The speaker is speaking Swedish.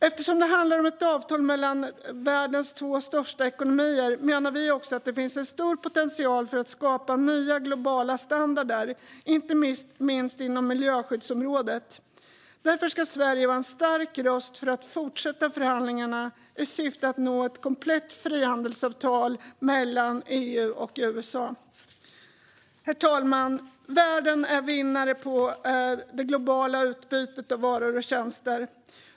Eftersom det handlar om ett avtal mellan världens två största ekonomier menar vi också att det finns stor potential att skapa nya globala standarder, inte minst inom miljöskyddsområdet. Därför ska Sverige vara en stark röst för fortsatta förhandlingar i syfte att nå ett komplett frihandelsavtal mellan EU och USA. Herr talman! Världen är vinnare på det globala utbytet av varor och tjänster.